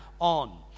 on